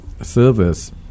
service